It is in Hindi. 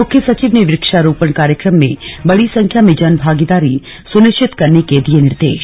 मुख्य सचिव ने वृक्षारोपण कार्यक्रम में बड़ी संख्या में जन भागीदारी सुनिश्चित करने के दिए निर्देश